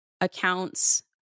accounts